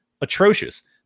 atrocious